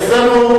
אצלנו,